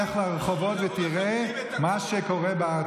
לך לרחובות ותראה מה שקורה בארץ.